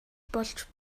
болж